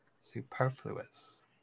superfluous